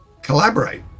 Collaborate